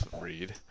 read